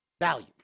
value